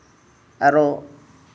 ᱟᱨᱚ